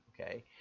okay